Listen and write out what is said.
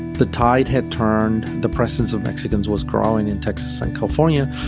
the tide had turned. the presence of mexicans was growing in texas and california.